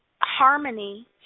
harmony